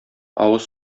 авыз